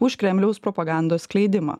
už kremliaus propagandos skleidimą